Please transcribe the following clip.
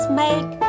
make